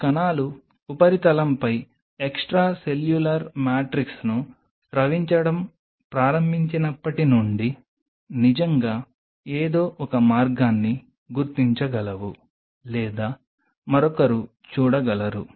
ఈ కణాలు ఉపరితలంపై ఎక్స్ట్రాసెల్యులర్ మాట్రిక్స్ ను స్రవించడం ప్రారంభించినప్పటి నుండి నిజంగా ఏదో ఒక మార్గాన్ని గుర్తించగలవు లేదా మరొకరు చూడగలరు